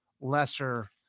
lesser